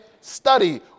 study